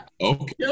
Okay